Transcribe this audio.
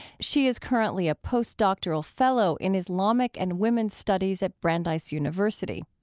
she is currently a post-doctoral fellow in islamic and women's studies at brandeis university.